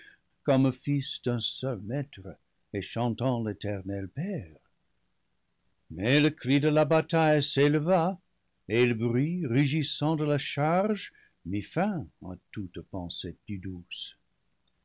comme fils d'un seul maître et chantant l'éternel père mais le cri de la ba taille s'éleva et le bruit rugissant de la charge mit fin à toute pensée plus douce